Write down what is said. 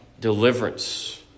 deliverance